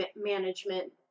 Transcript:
management